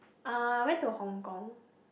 uh went to Hong Kong